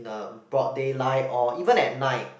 the broad daylight or even at night